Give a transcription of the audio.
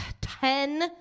Ten